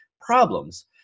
problems